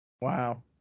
Wow